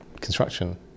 construction